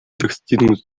достигнут